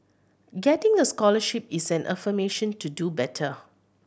getting a scholarship is an affirmation to do better